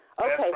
Okay